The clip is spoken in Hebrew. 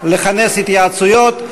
לכנס התייעצויות.